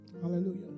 Hallelujah